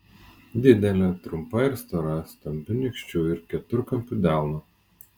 didelė trumpa ir stora stambiu nykščiu ir keturkampiu delnu